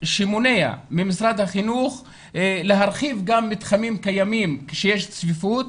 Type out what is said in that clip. שמונע ממשרד החינוך להרחיב גם מתחמים קיימים כשיש צפיפות.